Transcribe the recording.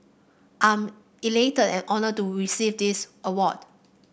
I am elated and honoured to receive this award